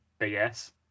BS